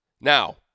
Now